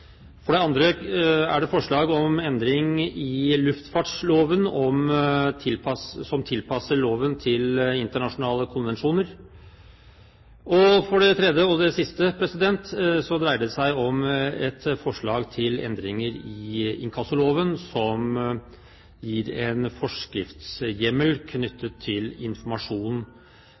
For det andre er det forslag om endring i luftfartsloven som tilpasser loven til internasjonale konvensjoner. Og for det tredje dreier det seg om et forslag til endringer i inkassoloven som gir en forskriftshjemmel knyttet til utveksling av informasjon